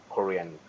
Korean